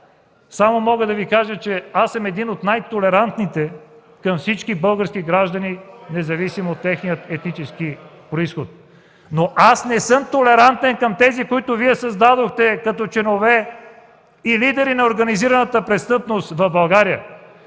само мога да Ви кажа, че аз съм един от най-толерантните към всички български граждани, независимо от техния етнически произход. (Шум и реплики.) Аз не съм толерантен към тези, които Вие създадохте като членове и лидери на организираната престъпност в България.